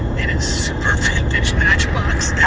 and it's super vintage matchbox.